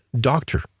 doctor